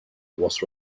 was